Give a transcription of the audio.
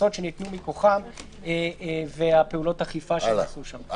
הקנסות שניתנו מכוחן ופעולות האכיפה שעשו שם.